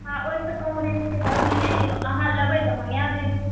आ ओहि सऽ कम रेन्जके तऽ अभी नहि यऽ अहाँ लेबै तऽ मंगाए देब